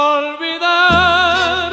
olvidar